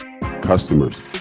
customers